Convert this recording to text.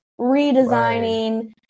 redesigning